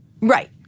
Right